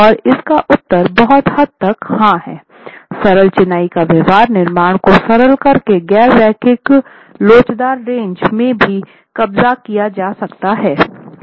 और इसका उत्तर बहुत हद तक हाँ है सरल चिनाई का व्यवहार निर्माण को सरल करके गैर रैखिक लोचदार रेंज में भी कब्जा किया जा सकता है